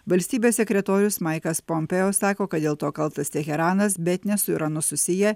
valstybės sekretorius maikas pompėjo sako kad dėl to kaltas teheranas bet ne su iranu susiję